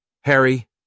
Harry